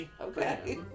Okay